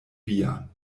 vian